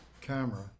camera